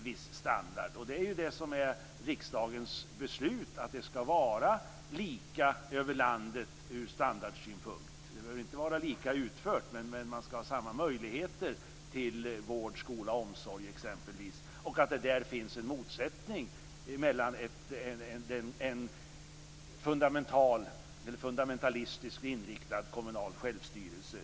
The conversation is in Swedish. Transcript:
Riksdagen har beslutat att det skall vara lika över landet ur standardsynpunkt. Det behöver inte vara lika utfört, men man skall ha samma möjligheter till vård, skola och omsorg. Där kan det finnas en motsättning i förhållande till en fundamentalistiskt inriktad kommunal självstyrelse.